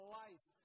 life